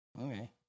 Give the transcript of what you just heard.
okay